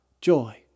joy